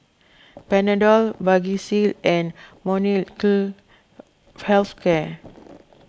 Panadol Vagisil and Molnylcke Health Care